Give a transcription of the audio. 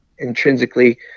intrinsically